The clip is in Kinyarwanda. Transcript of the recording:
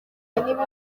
n’ibihugu